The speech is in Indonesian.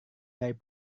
dari